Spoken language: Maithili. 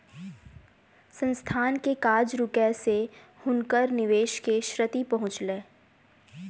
संस्थान के काज रुकै से हुनकर निवेश के क्षति पहुँचलैन